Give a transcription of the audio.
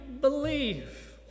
believe